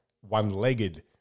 one-legged